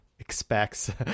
expects